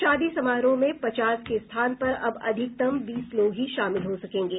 शादी समारोह में पचास के स्थान पर अब अधिकतम बीस लोग ही शामिल हो सकेंगे